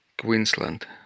Queensland